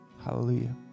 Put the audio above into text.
Hallelujah